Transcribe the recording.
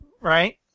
right